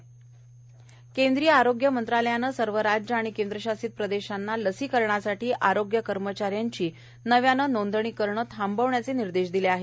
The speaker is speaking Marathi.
राजेश भूषण केंद्रीय आरोग्य मंत्रालयाने सर्व राज्य आणि केंद्रशासित प्रदेशांना लसीकरणासाठी आरोग्य कर्मचाऱ्यांची नव्याने नोंदणी करणे थांबवण्याचे आदेश दिले आहेत